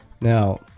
Now